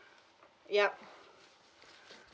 yup